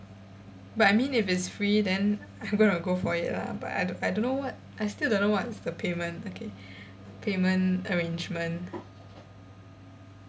but I mean if it's free then I'm gonna go for it lah but I don't I don't know what I still don't know what's the payment okay payment arrangement